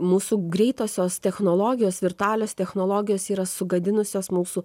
mūsų greitosios technologijos virtualios technologijos yra sugadinusios mūsų